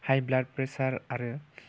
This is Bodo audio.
हाइ ब्लाड प्रेसार आरो